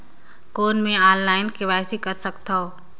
कौन मैं online KYC कर सकथव?